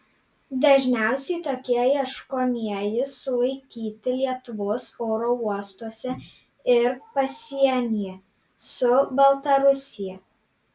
dažniausiai tokie ieškomieji sulaikyti lietuvos oro uostuose ir pasienyje su baltarusija